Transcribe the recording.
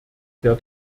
der